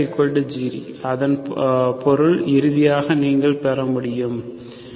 B0 இதன் பொருள் இறுதியாக நீங்கள் முடிவடையும் uηηlower order terms0